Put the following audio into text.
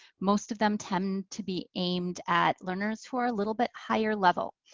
most of them tend to be aimed at learners who are a little bit higher level.